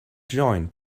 join